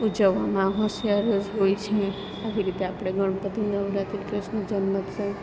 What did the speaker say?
ઉજવવામાં હોંશિયાર જ હોય છે આવી રીતે આપણે ગણપતિ નવરાત્રિ કૃૃષ્ણ જન્મોત્સવ